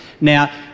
Now